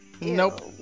Nope